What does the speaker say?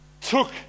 Took